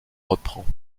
reprend